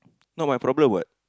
not my problem what